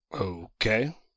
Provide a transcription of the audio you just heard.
okay